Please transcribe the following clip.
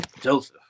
Joseph